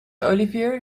olivier